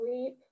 sleep